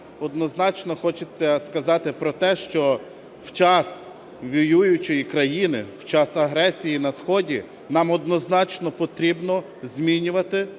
однозначно хочеться сказати про те, що в час воюючої країни, в час агресії на сході нам однозначно потрібно змінювати